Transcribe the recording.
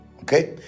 okay